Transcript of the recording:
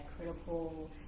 critical